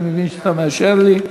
אני מבין שאתה מאשר לי,